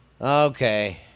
Okay